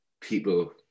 people